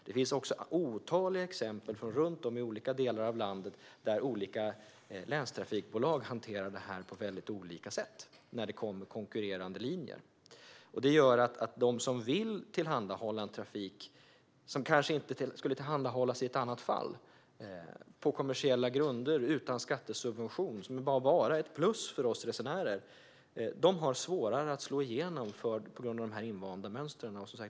Det finns otaliga exempel från runt om i landet där olika länstrafikbolag hanterar dessa frågor för konkurrerande linjer på olika sätt. De som vill tillhandahålla trafik, som kanske inte skulle tillhandahållas i ett annat fall, på kommersiella grunder, utan skattesubvention, bara vara ett plus för oss resenärer, har svårare att slå igenom på grund av de invanda mönstren.